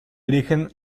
dirigen